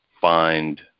find